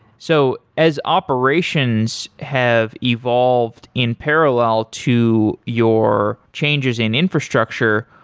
so as operations have evolved in parallel to your changes in infrastructure,